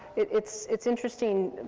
it's it's interesting,